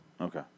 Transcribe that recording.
Okay